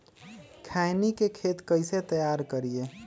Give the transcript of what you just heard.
खैनी के खेत कइसे तैयार करिए?